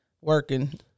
working